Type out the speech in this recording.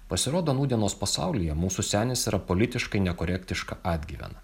pasirodo nūdienos pasaulyje mūsų senis yra politiškai nekorektiška atgyvena